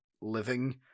living